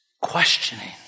questioning